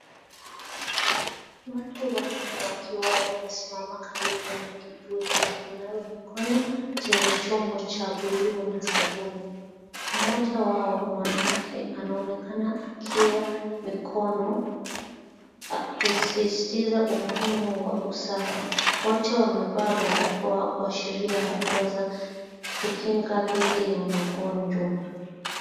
Watu wanne wakiwa wamesimama karibu na kituo cha kunawa mkono, chenye chombo cha buluu na sabuni. Mmoja wao mwanamke anaonekana akiwa mikono akisisitiza umuhimu wa usafi. Wote wamevaa barakoa kwashiria hatua za kukinga dithi ya magonjwa.